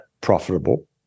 profitable